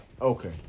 Okay